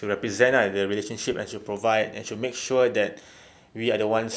to represent ah the relationship and should provide and to make sure that we are the ones